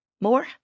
More